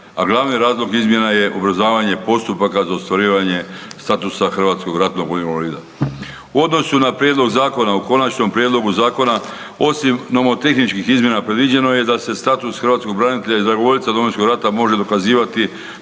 a glavni razlog izmjena je ubrzavanje postupaka za ostvarivanje statusa HRVI-a. U odnosu na prijedlog zakona u konačnom prijedlogu zakona osim nomotehničkih izmjena predviđeno je da se status hrvatskog branitelja i dragovoljca Domovinskog rata može dokazivati